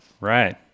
Right